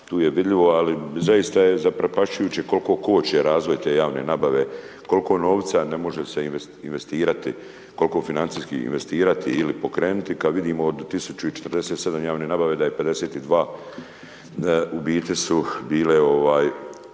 tu je vidljivo ali zaista je zaprepašćujuće koliko koče razvoj te javne nabave, koliko novca ne može se investirati, koliko financijski investirati ili pokrenuti kad vidimo od 1047 javne nabave da je 52 u biti su bile žalbe